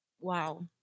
Wow